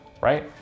right